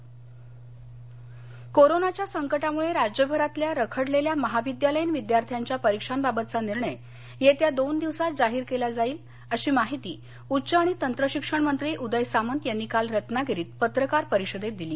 सामंत परीक्षा रत्नागिरी कोरोनाच्या संकटामुळे राज्यभरातल्या रखडलेल्या महाविद्यालयीन विद्यार्थ्यांच्या परीक्षांबाबतचा निर्णय येत्या दोन दिवसांत जाहीर केला जाईल अशी माहिती उच्च आणि तंत्रशिक्षण मंत्री उदय सामंत यानी काल रत्नागिरीत पत्रकार परिषदेत दिली